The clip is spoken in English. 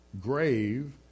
grave